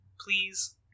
please